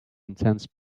intense